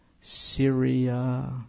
Syria